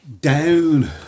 down